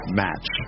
match